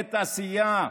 אזורי תעשייה,